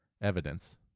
evidence